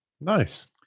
Nice